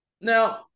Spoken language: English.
now